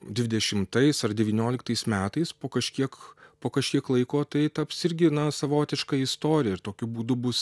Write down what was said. dvidešimtais ar devynioliktais metais po kažkiek po kažkiek laiko tai taps irgi savotiška istorija ir tokiu būdu bus